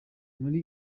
muri